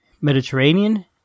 Mediterranean